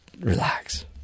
relax